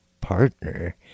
partner